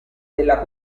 della